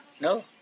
No